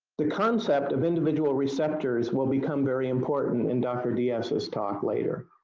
the concept of individual receptors will become very important in dr. diaz's talk later,